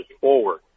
forward